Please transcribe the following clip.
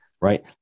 right